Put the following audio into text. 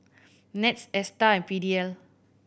NETS Astar and P D L